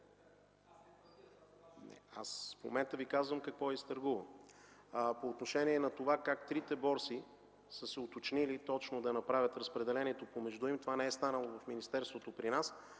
Аз в момента Ви казвам какво е изтъргувано. По отношение на това как трите борси са се уточнили точно да направят разпределението помежду им, това не е станало в министерството при нас,